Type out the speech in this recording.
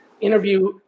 interview